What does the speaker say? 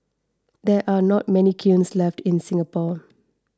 there are not many kilns left in Singapore